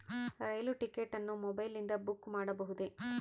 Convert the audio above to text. ರೈಲು ticket ಅನ್ನು ಮೊಬೈಲಿಂದ book ಮಾಡಬಹುದೆ?